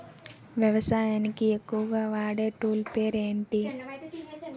వ్యవసాయానికి ఎక్కువుగా వాడే టూల్ పేరు ఏంటి?